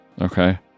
Okay